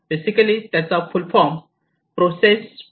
basically त्याचा full form process filled बस असा आहे